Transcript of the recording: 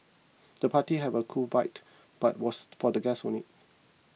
the party have a cool vibe but was for the guests only